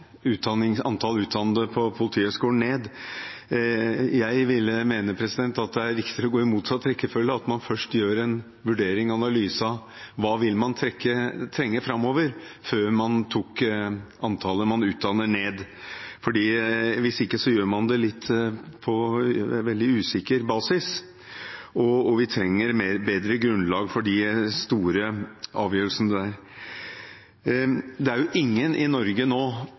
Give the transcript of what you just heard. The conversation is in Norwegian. utdannede fra Politihøgskolen ned. Jeg mener at det er riktigere med motsatt rekkefølge, at man først gjør en vurdering, en analyse, av hva man vil trenge framover, før man tar antallet man utdanner, ned. Hvis ikke gjør man det på veldig usikker basis. Vi trenger bedre grunnlag for slike store avgjørelser. Det er i Norge nå ingen – tror jeg – i